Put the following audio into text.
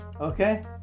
Okay